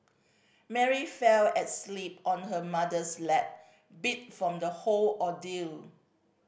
Mary fell asleep on her mother's lap beat from the whole ordeal